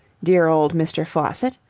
dear old mr. faucitt.